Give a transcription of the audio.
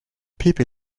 people